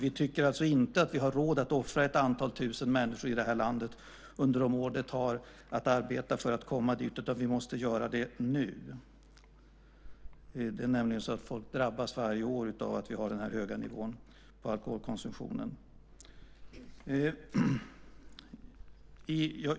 Vi tycker alltså inte att vi har råd att offra ett antal tusen människor i landet under de år det tar att arbeta för att komma dit, utan vi måste göra det nu. Folk drabbas varje år av den här höga nivån på alkoholkonsumtionen.